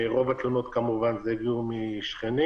רוב התלונות, כמובן, הגיעו משכנים.